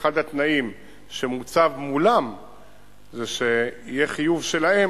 אחד התנאים שמוצב מולם זה שיהיה חיוב שלהם